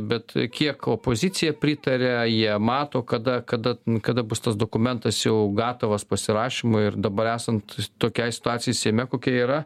bet kiek opozicija pritaria jie mato kada kada kada bus tas dokumentas jau gatavas pasirašymui ir dabar esant tokiai situacija seime kokia yra